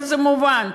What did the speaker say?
זה מובן.